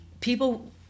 people